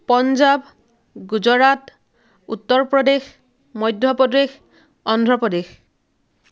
Punjab Gujarat Uttar Pradesh Madhya Pradesh Andhra Pradesh